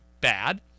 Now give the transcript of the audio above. bad